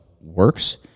works